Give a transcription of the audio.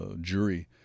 jury